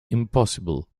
impossible